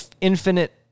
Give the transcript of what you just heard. infinite